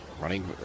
Running